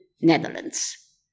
Netherlands